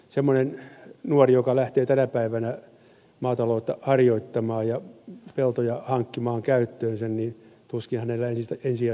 semmoisella nuorella joka lähtee tänä päivänä maataloutta harjoittamaan ja peltoja hankkimaan käyttöönsä tuskin ensisijaisena tarkoituksenaan on näennäisviljely